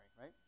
right